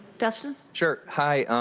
dustin? sure, hi,